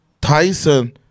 Tyson